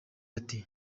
ati